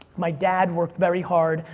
my dad worked very hard.